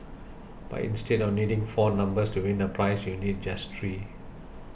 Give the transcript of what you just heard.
but instead of needing four numbers to win a prize you need just three